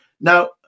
now